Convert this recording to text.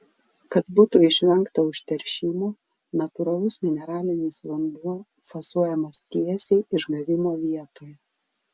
kad būtų išvengta užteršimo natūralus mineralinis vanduo fasuojamas tiesiai išgavimo vietoje